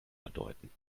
bedeuten